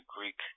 Greek